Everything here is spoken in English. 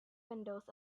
windows